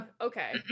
Okay